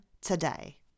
today